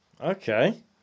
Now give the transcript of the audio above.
Okay